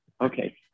Okay